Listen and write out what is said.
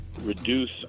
reduce